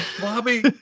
Bobby